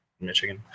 Michigan